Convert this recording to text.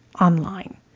online